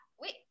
wait